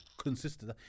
Consistent